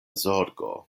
zorgo